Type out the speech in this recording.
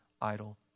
idol